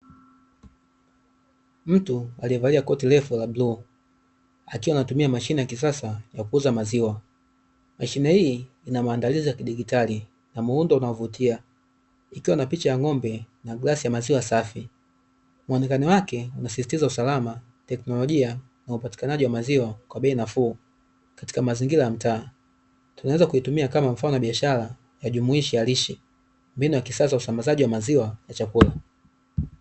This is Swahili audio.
Mtu aliyevalia koti refu la bluu, akiwa anatumia mashine ya kisasa ya kuuza maziwa. Mashine hii ina maandalizi ya kidijitali, na muundo unaovutia, ikiwa na picha ya ng'ombe, na glasi ya maziwa safi. Muonekano wake unasisitiza usalama, tecknolojia na upatikanaji wa maziwa kwa bei nafuu katika mazingira ya mtaa, tunaweza kuitumia kama mfano wa biashara ya jumuishi ya lishe mbinu ya kisasa ya usambazaji wa maziwa na chakula.